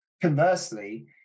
Conversely